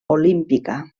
olímpica